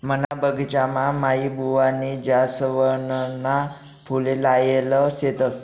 मना बगिचामा माईबुवानी जासवनना फुले लायेल शेतस